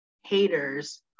haters